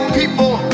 people